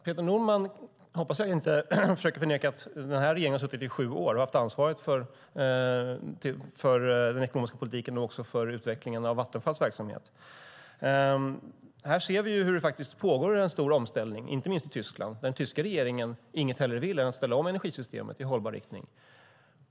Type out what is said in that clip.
Jag hoppas att Peter Norman inte försöker förneka att denna regering har suttit i sju år och haft ansvaret för den ekonomiska politiken och även för utvecklingen av Vattenfalls verksamhet. Här ser vi hur det faktiskt pågår en stor omställning, inte minst i Tyskland där den tyska regeringen inget hellre vill än att ställa om energisystemet i hållbar riktning.